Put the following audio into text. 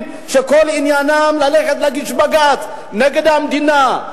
שכל עניינם ללכת ולהגיש בג"ץ נגד המדינה.